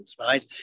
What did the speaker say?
right